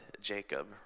Jacob